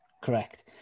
Correct